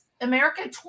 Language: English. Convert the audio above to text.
America